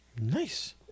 Nice